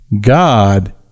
God